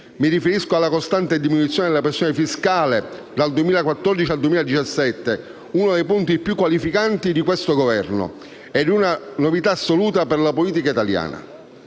Mi riferisco alla costante diminuzione della pressione fiscale dal 2014 al 2017, uno dei punti più qualificanti di questo Governo ed una novità assoluta per la politica italiana.